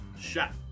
shot